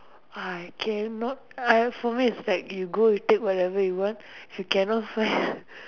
!wah! I cannot I for me is like you go take whatever if you cannot find